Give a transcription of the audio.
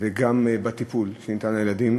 וגם בטיפול שניתן לילדים,